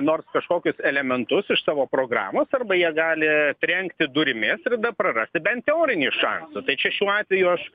nors kažkokius elementus iš savo programos arba jie gali trenkti durimis ir tada prarasti bent teorinį šansą tai čia šiuo atveju aš